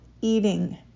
eating